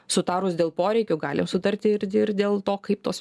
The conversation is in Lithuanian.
sutarus dėl poreikių galim sutarti ir ir dėl to kaip tos